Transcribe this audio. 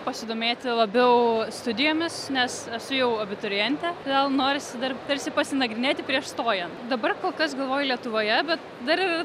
pasidomėti labiau studijomis nes esu jau abiturientė todėl norisi dar tarsi pasinagrinėti prieš stojant dabar kol kas galvoju lietuvoje bet dar ir